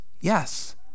Yes